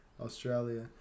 australia